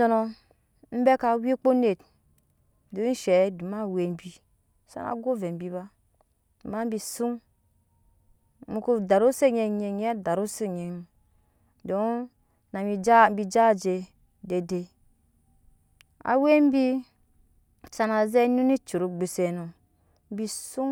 Jojo nɔ beka wikoa onet dok eshe domi awɛ bi sana go ovɛbiba ama bi suŋ mu ko darusi onyi anyi anyi adamusi onyi mu don bija bi ja oje dede awɛbi sana ze nuna ecuruk ogbuse nolbi suŋ